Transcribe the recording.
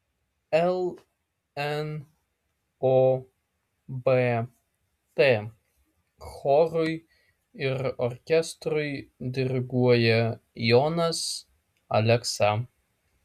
lnobt chorui ir orkestrui diriguoja jonas aleksa